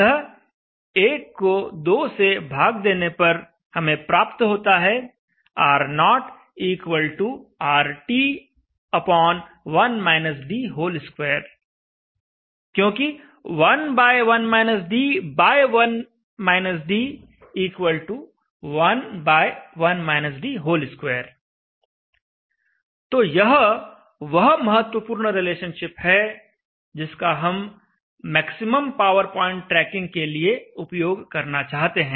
अतः को से भाग देने पर हमें प्राप्त होता है R0RT1- d2 क्योंकि 11-d1-d11-d2 तो यह वह महत्वपूर्ण रिलेशनशिप है जिसका हम मैक्सिमम पावर प्वाइंट ट्रेकिंग के लिए उपयोग करना चाहते हैं